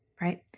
right